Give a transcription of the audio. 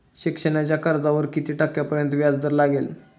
शिक्षणाच्या कर्जावर किती टक्क्यांपर्यंत व्याजदर लागेल?